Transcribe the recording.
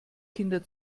kinder